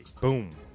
Boom